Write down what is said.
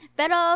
pero